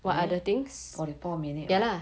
there forty four minute [what]